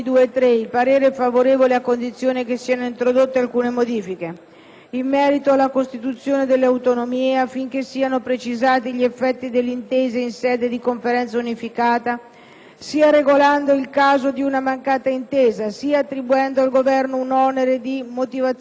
In merito alla consultazione delle autonomie, affinché siano precisati gli effetti dell'intesa in sede di Conferenza unificata, sia regolando il caso di una mancata intesa sia attribuendo al Governo un onere di motivazione per il possibile esito difforme del procedimento di legislazione